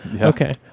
Okay